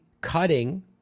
cutting